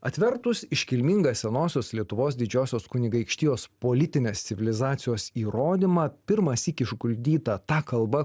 atvertus iškilmingą senosios lietuvos didžiosios kunigaikštijos politinės civilizacijos įrodymą pirmąsyk išguldytą ta kalbą